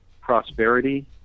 prosperity